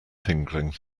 tingling